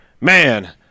man